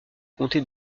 comté